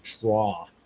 draw